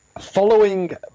following